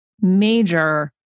major